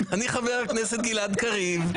אני חבר הכנסת גלעד קריב,